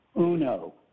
uno